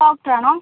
doctor ആണോ